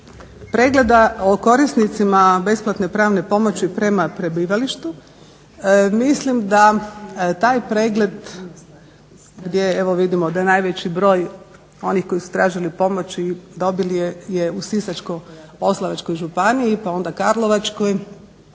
pregleda o korisnicima besplatne pravne pomoći prema prebivalištu, mislim da taj pregled gdje evo vidimo da je najveći broj onih koji su tražili pomoć i dobili je u Sisačko-moslavačkoj županiji pa onda Karlovačkoj,